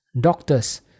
doctors